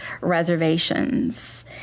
reservations